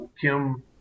Kim